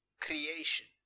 creation